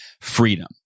freedom